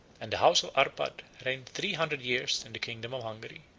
and the house of arpad reigned three hundred years in the kingdom of hungary.